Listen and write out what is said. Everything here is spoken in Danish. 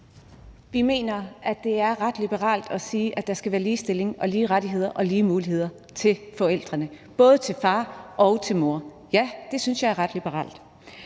Vi mener, at det er ret liberalt at sige, at der skal være ligestilling og lige rettigheder og lige muligheder til forældrene, både til far og til mor – ja, det synes jeg er ret liberalt.